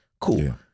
Cool